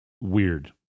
Weird